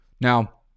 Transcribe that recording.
Now